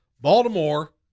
Baltimore